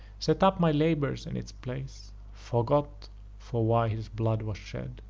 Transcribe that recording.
set up my labours in its place forgot for why his blood was shed,